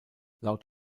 laut